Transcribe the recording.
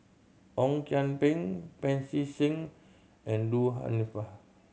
Ong Kian Peng Pancy Seng and Du